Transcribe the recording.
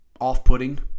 off-putting